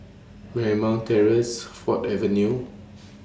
Marymount Terrace Ford Avenue